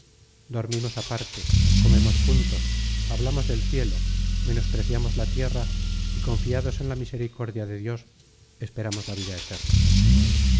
dormimos aparte comemos juntos hablamos del cielo menospreciamos la tierra y confiados en la misericordia de dios esperamos la vida eterna